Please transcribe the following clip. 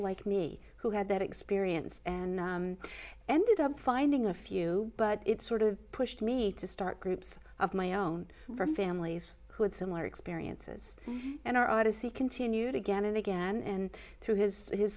like me who had that experience and i ended up finding a few but it sort of pushed me to start groups of my own for families who had similar experiences and our odyssey continued again and again and through his